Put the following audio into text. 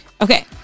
Okay